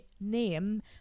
name